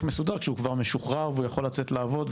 מסודר כשהוא כבר משוחרר והוא יכול לצאת לעבוד,